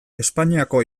espainiako